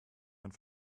mein